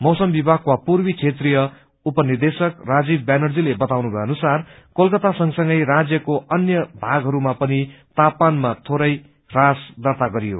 मौसम विभागका पूर्वी क्षेत्रिय उप निदेशक राजीव व्यानर्जीले बताउनुभयो कि कोलकातासंगसंगै राज्यको अन्य भागमा पनि तापामानमा थोरै ह्रास दार्ता गरियो